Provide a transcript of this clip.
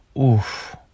oof